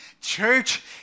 Church